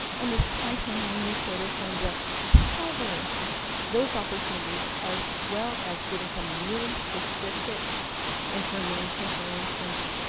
and this twice-annual newsletter is going to cover those opportunities, as well as giving some really specific information. for instance,